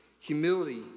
humility